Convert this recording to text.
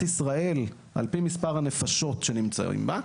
ישראל על מי מספר הנפשות שנמצאות בה.